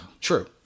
True